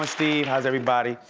um steve, how's everybody?